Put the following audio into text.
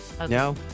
No